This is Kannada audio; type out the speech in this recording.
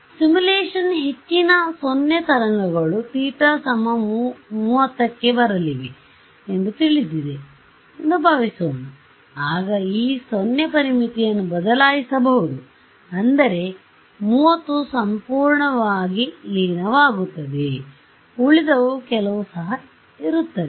ಸಿಮ್ಯುಲೇಶನ್ನ ಹೆಚ್ಚಿನ 0 ತರಂಗಗಳು θ 30 ಕ್ಕೆ ಬರಲಿವೆ ಎಂದು ತಿಳಿದಿದೆ ಎಂದು ಭಾವಿಸೋಣ ಆಗ ಈ 0 ಪರಿಮಿತಿಯನ್ನು ಬದಲಾಯಿಸಬಹುದು ಅಂದರೆ 30 ಸಂಪೂರ್ಣವಾಗಿಲೀನವಾಗುತ್ತದೆ ಉಳಿದವು ಕೆಲವು ಸಹ ಇರುತ್ತದೆ